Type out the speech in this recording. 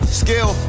skill